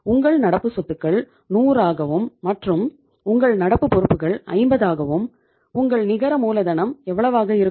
உங்கள் நடப்பு சொத்துக்கள் 100 ஆகவும் மற்றும் உங்கள் நடப்பு பொறுப்புகள் 50 ஆகம் உங்கள் நிகர மூலதனம் எவ்வளவாக இருக்கும்